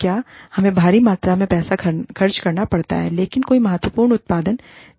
क्या हमें भारी मात्रा में पैसा खर्च करना पड़ता है लेकिन कोई महत्वपूर्ण उत्पादन नहीं है